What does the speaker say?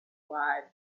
slides